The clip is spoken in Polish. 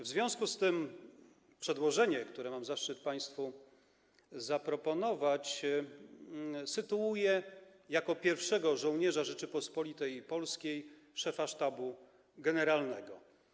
W związku z tym przedłożenie, które mam zaszczyt państwu zaproponować, sytuuje jako pierwszego żołnierza Rzeczypospolitej Polskiej szefa Sztabu Generalnego.